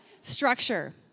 structure